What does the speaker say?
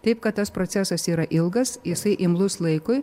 taip kad tas procesas yra ilgas jisai imlus laikui